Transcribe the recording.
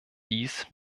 dies